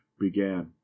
began